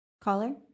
caller